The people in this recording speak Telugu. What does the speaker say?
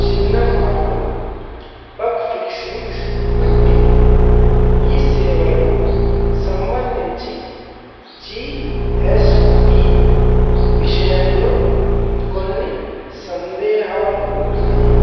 చిన్న మార్పులు బగ్ ఫిక్సింగ్ వంటివి ఈ సేవలకు సంబంధించి జీఎస్టీ విషయంలో కొన్ని సందేహాలు ఉన్నాయి